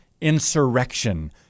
insurrection